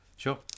Sure